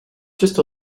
just